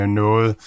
noget